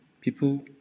people